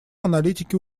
аналитики